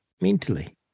mentally